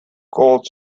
gold